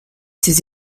ses